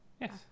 yes